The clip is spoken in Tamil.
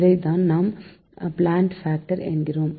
இதைத்தான் நாம் பிளான்ட் பாக்டர் என்கிறோம்